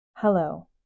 Hello